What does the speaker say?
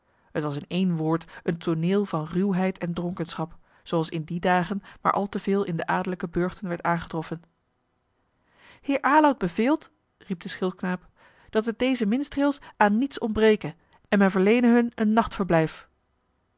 t was in één woord een tooneel van ruwheid en dronkenschap zooals in die dagen maar al te veel in de adellijke burchten werd aangetroffen heer aloud beveelt riep de schildknaap dat het dezen minstreels aan niets ontbreke en men verleene hun een nachtverblijf